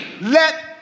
Let